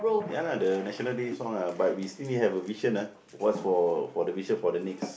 ya lah the National-Day song lah but we still need have a vision ah what's for for the vision for the next